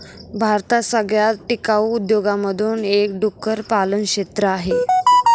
भारतात सगळ्यात टिकाऊ उद्योगांमधून एक डुक्कर पालन क्षेत्र आहे